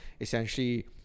essentially